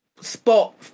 spot